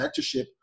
mentorship